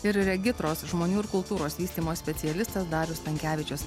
ir regitros žmonių ir kultūros vystymo specialistas darius stankevičius